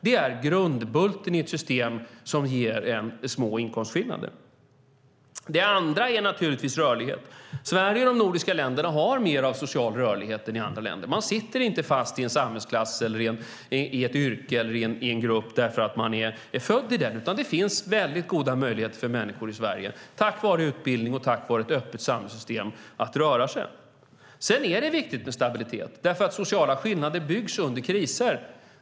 Det är grundbulten i ett system som ger små inkomstskillnader. Det andra är rörlighet. Sverige och de nordiska länderna har mer av social rörlighet än andra länder. Man sitter inte fast i en samhällsklass, i ett yrke eller i en grupp därför att man är född i den. Det finns goda möjligheter för människor i Sverige att röra sig tack vare utbildning och tack vare ett öppet samhällssystem. Det är viktigt med stabilitet eftersom sociala skillnader byggs under kriser.